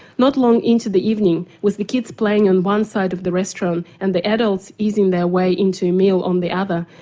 not long into the evening, with the kids playing on one side of the restaurant and the adults easing their way into a meal on the other,